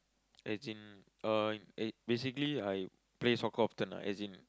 as in uh eh basically I play soccer often as in